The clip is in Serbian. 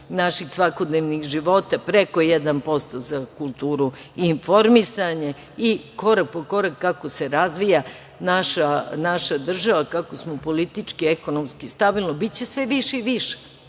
naših svakodnevnih života preko 1% za kulturu i informisanje i korak po korak, kako se razvija naša država, kako smo politički i ekonomski stabilni, biće sve više i